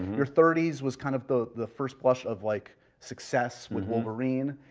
your thirty s was kind of the the first rush of like success with wolverine,